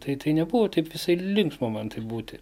tai tai nebuvo taip visai linksma man taip būti